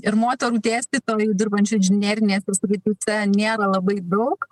ir moterų dėstytojų dirbančių inžinerinėse srityse nėra labai daug